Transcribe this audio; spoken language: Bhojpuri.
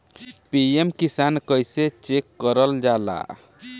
पी.एम किसान कइसे चेक करल जाला?